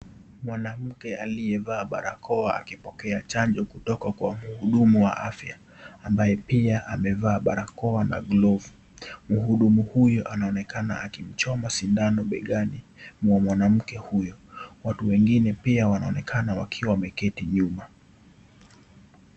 Mwanamke aliyevaa barakoa akipokea chanjo kutoka kwa muhudumu wa afya ambaye pia amevaa barakoa na glovu. Muhudumu huyu anaonekana akimchoma sindano begani mwa mwanamme huyu watu wengine pia wanaonekana wakiwa wameketi nyuma.